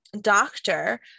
doctor